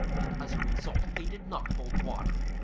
and as a result they did not hold water.